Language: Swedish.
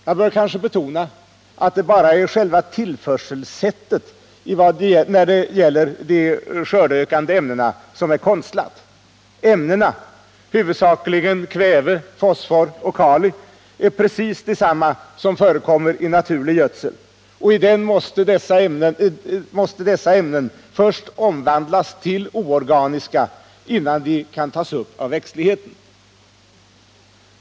Jag bör kanske betona att det bara är tillförselsättet när det gäller de skördeökande ämnena som är konstlat. Ämnena — huvudsakligen kväve, fosfor och kalium — är precis desamma som förekommer i naturlig gödsel. I denna måste dessa ämnen f. ö. först omvandlas till oorganiska föreningar innan de kan tas upp av växtligheten.